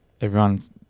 everyone's